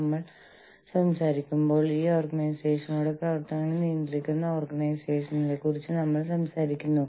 ഇപ്പോൾ ആഗോള വീക്ഷണകോണിൽ നിന്ന് അഥവാ ഒരു അന്താരാഷ്ട്ര വീക്ഷണകോണിൽ നിന്ന് നമുക്ക് ഇതിനെക്കുറിച്ച് സംസാരിക്കാം